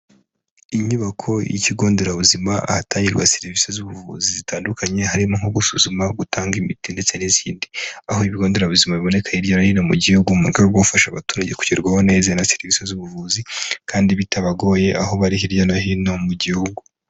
Inyubako y'ikigo nderabuzima ahatangirwa serivisi z'ubuvuzi zitandukanye harimo nko gusuzuma, gutanga imiti ndetse n'izindi, aho ibigo nderabuzima biboneka hirya no hino mu gihugu mu rwego rwo gufasha abaturage kugerwaho neza na serivisi z'ubuvuzi kandi bitabagoye aho bari hirya no hino mu gihugu.